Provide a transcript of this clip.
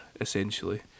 essentially